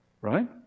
Right